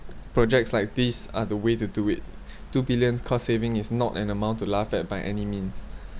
projects like these are the way to do it two billion cost saving is not an amount to laugh at by any means